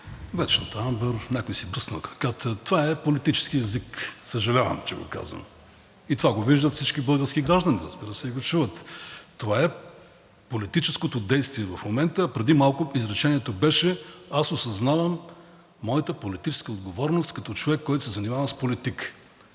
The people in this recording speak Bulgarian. „Вечната Амбър“, някой си бръснал краката… Това е политически език, съжалявам, че го казвам и това го виждат всички български граждани, разбира се, и го чуват. Това е политическото действие в момента, а преди малко изречението беше: „Аз осъзнавам моята политическа отговорност като човек, който се занимава с политика.“